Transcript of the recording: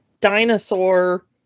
dinosaur